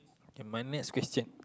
and my next question is